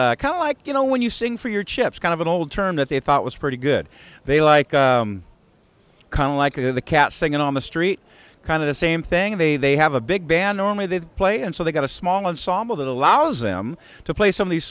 buskers like you know when you sing for your chips kind of an old term that they thought was pretty good they like kind of like a cat singing on the street kind of the same thing they they have a big band normally they play and so they've got a small ensemble that allows them to play some of these